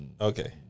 Okay